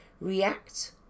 react